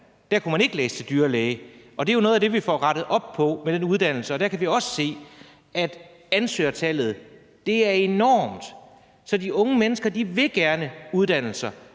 kunne man ikke læse til dyrlæge. Det er jo noget af det, vi får rettet op på med den uddannelsesaftale. Vi kan også se, at ansøgertallet er enormt. Så de unge mennesker vil gerne uddanne sig